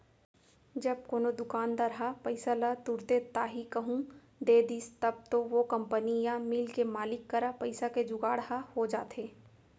जब कोनो दुकानदार ह पइसा ल तुरते ताही कहूँ दे दिस तब तो ओ कंपनी या मील के मालिक करा पइसा के जुगाड़ ह हो जाथे